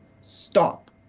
stop